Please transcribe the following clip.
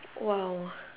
!wow!